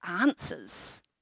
answers